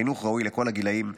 חינוך ראוי לכל הגילים,